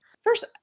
First